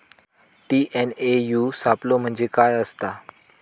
TNAU सापलो म्हणजे काय असतां?